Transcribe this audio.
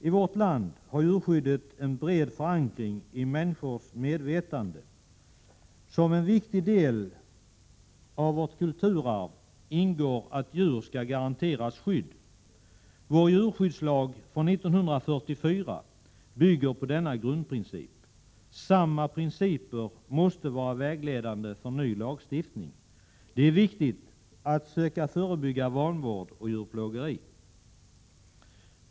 I vårt land har djurskyddet en bred förankring i människors medvetande. Som en viktig del av vårt kulturarv ingår att djur skall garanteras skydd. Vår djurskyddslag från 1944 bygger på denna grundprincip. Samma principer måste vara vägledande för ny lagstiftning. Det är viktigt att söka förebygga vanvård och djurplågeri.